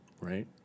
Right